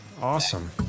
awesome